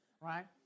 Right